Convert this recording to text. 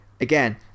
again